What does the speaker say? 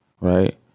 right